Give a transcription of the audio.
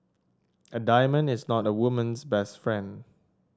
a diamond is not a woman's best friend